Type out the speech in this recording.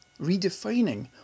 redefining